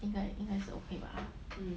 应该是 okay bah